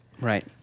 Right